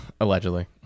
Allegedly